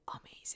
amazing